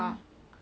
ya